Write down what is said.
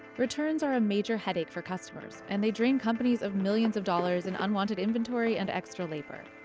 returns are a major headache for customers, and they drain companies of millions of dollars in unwanted inventory and extra labor.